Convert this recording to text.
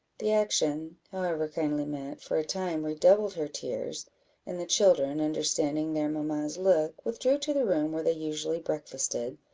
the action, however kindly meant, for a time redoubled her tears and the children, understanding their mamma's look, withdrew to the room where they usually breakfasted,